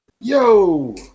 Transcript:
Yo